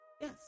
yes